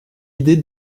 l’idée